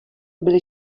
byly